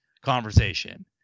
conversation